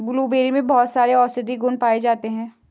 blueberry में बहुत सारे औषधीय गुण पाये जाते हैं